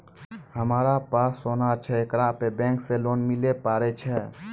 हमारा पास सोना छै येकरा पे बैंक से लोन मिले पारे छै?